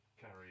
carry